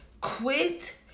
quit